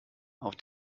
auf